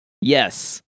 Yes